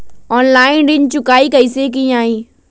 Online ऋण चुकाई कईसे की ञाई?